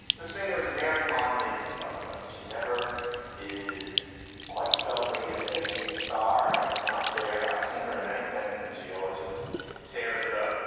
the singer is mary bond davis by the way. she never is quite celebrated as a star and it's not fair. i've seen her in many things and she always just tears it up.